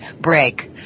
break